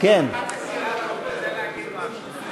רוברט אילטוב רוצה להגיד משהו.